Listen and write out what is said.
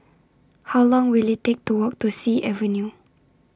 How Long Will IT Take to Walk to Sea Avenue